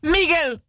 Miguel